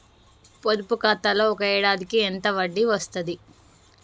పొదుపు ఖాతాలో ఒక ఏడాదికి ఎంత వడ్డీ వస్తది?